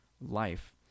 life